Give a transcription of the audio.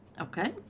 Okay